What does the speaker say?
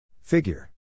Figure